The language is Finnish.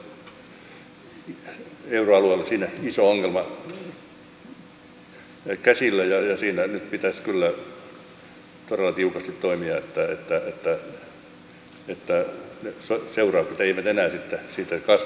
meillä on euroalueella siinä iso ongelma käsillä ja siinä nyt pitäisi kyllä todella tiukasti toimia että seuraukset eivät enää siitä kasva